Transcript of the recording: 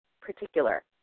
particular